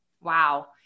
Wow